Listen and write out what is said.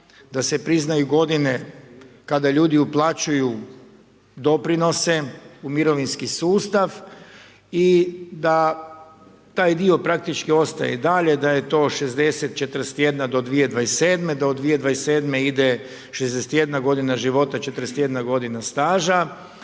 da se priznaju godine kada ljudi uplaćuju doprinose u mirovinski sustav i da taj dio praktički ostaje i dalje, da je to 60, 41 do 2027.-te, da od 2027.-te ide 61 godina života, 41 godina staža